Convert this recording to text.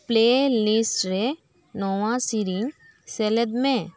playlist ᱨᱮ ᱱᱚᱣᱟ ᱥᱮᱨᱮᱧ ᱥᱮᱞᱮᱫᱽ ᱢᱮ